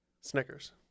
Snickers